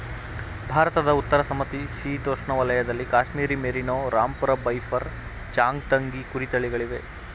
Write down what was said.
ಭಾರತದ ಉತ್ತರ ಸಮಶೀತೋಷ್ಣ ವಲಯದಲ್ಲಿ ಕಾಶ್ಮೀರಿ ಮೇರಿನೋ, ರಾಂಪುರ ಬಫೈರ್, ಚಾಂಗ್ತಂಗಿ ಕುರಿ ತಳಿಗಳಿವೆ